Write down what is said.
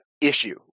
issue